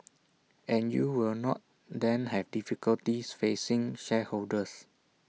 and you will not then have difficulties facing shareholders